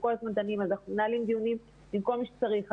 אנחנו כל הזמן מנהלים דיונים עם כל מי שצריך.